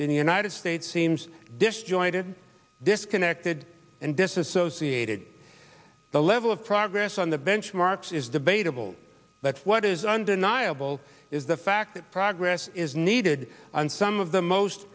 the united states seems disjointed disconnected and disassociated the level of progress on the benchmarks is debatable that's what is undeniable is the fact that progress is needed on some of the most